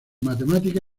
matemática